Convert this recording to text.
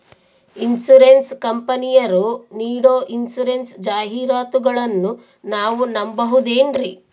Insurance ಕಂಪನಿಯರು ನೀಡೋ insurance ಜಾಹಿರಾತುಗಳನ್ನು ನಾವು ನಂಬಹುದೇನ್ರಿ?